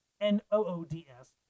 N-O-O-D-S